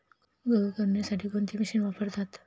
गहू करण्यासाठी कोणती मशीन वापरतात?